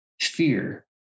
fear